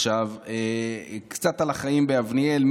עכשיו, קצת על החיים ביבנאל.